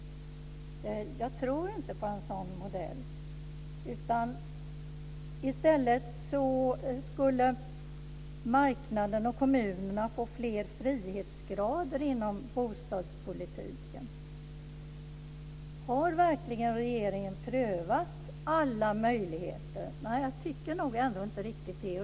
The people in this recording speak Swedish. Jag tror inte på en sådan modell. I stället skulle marknaden och kommunerna få fler frihetsgrader inom bostadspolitiken. Har verkligen regeringen prövat alla möjligheter? Nej, jag tycker ändå inte riktigt det.